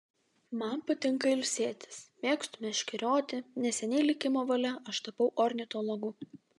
man patinka ilsėtis mėgstu meškerioti neseniai likimo valia aš tapau ornitologu